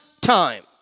time